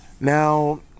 Now